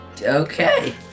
Okay